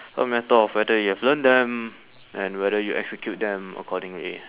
a matter of whether you have learnt them and whether you execute them accordingly